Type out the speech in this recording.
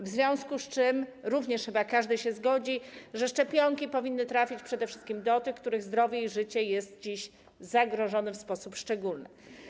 W związku z tym każdy chyba się zgodzi, że szczepionki powinny trafić przede wszystkim do tych, których zdrowie i życie jest dziś zagrożone w sposób szczególny.